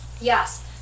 Yes